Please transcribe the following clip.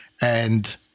And-